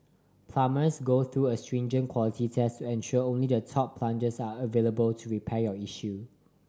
plumbers go through a stringent quality test to ensure only the top plumbers are available to repair your issue